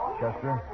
Chester